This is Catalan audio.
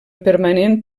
permanent